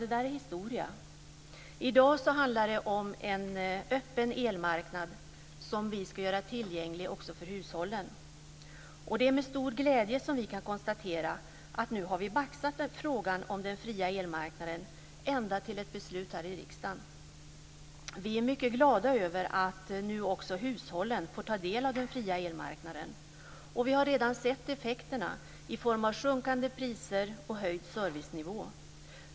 Detta är historia. I dag handlar det om en öppen elmarknad som vi skall göra tillgänglig också för hushållen. Det är med stor glädje som vi kan konstatera att vi nu har baxat frågan om den fria elmarknaden ända till ett beslut här i riksdagen. Vi är mycket glada över att nu också hushållen får ta del av den fria elmarknaden. Vi har redan sett effekterna i form av sjunkande priser och höjd servicenivå.